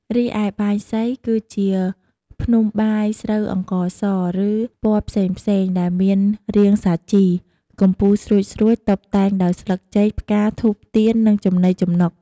រីឯបាយសី គឺជាភ្នំបាយស្រូវអង្ករស ឬពណ៌ផ្សេងៗ ដែលមានរាងសាជី កំពូលស្រួចៗ តុបតែងដោយស្លឹកចេក ផ្កា ធូប ទៀន និងចំណីចំណុក។